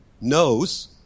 knows